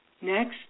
Next